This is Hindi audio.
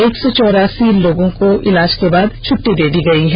एक सौ चौरासी लोगों को इलाज के बाद छट्टी दे दी गई है